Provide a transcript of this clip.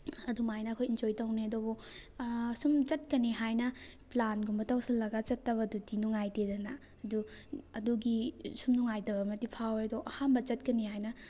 ꯑꯗꯨꯃꯥꯏꯅ ꯑꯩꯈꯣꯏ ꯏꯟꯖꯣꯏ ꯇꯧꯅꯤ ꯑꯗꯨ ꯁꯨꯝ ꯆꯠꯀꯅꯤ ꯍꯥꯏꯅ ꯄ꯭ꯂꯥꯟꯒꯨꯝꯕ ꯇꯧꯁꯤꯜꯂꯒ ꯆꯠꯇꯕꯗꯨꯗꯤ ꯅꯨꯡꯉꯥꯏꯇꯦꯗꯅ ꯑꯗꯨ ꯑꯗꯨꯒꯤ ꯁꯨꯝ ꯅꯨꯡꯉꯥꯏꯇꯕ ꯑꯃꯗꯤ ꯐꯥꯎꯋꯦ ꯑꯗꯣ ꯑꯍꯥꯟꯕ ꯆꯠꯀꯅꯤ ꯍꯥꯏꯅ